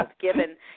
given